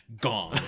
gong